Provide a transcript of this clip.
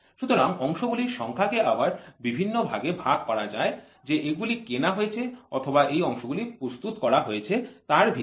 সুতরাং অংশগুলির সংখ্যাকে আবার বিভিন্ন ভাগে ভাগ করা যায় যে এগুলি কেনা হয়েছে অথবা এই অংশগুলিকে প্রস্তুত করা হয়েছে তার ভিত্তিতে